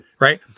Right